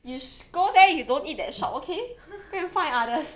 you go there you don't eat that shop okay go and find others